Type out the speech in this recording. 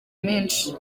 menshi